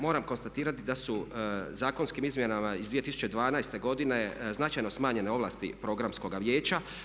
Moram konstatirati da su zakonskim izmjenama iz 2012. godine značajno smanjene ovlasti programskoga vijeća.